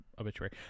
obituary